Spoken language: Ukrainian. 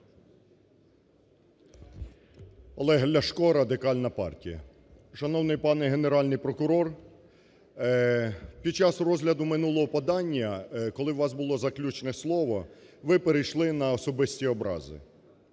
Олег Ляшко, Радикальна партія. Шановний пане Генеральний прокурор, під час розгляду минулого подання, коли у вас було заключне слово, ви перейшли на особисті образи.